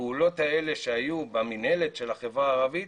הפעולות האלה שהיו במנהלת של החברה הערבית